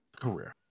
career